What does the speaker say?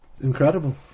incredible